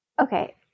okay